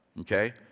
okay